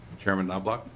chairman knoblach